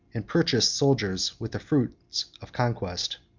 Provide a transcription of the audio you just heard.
and purchased soldiers with the fruits of conquest.